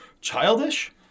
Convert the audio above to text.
childish